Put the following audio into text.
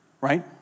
Right